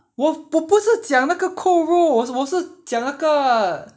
我我不是讲那个扣肉我我是讲那个